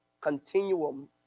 continuum